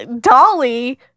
Dolly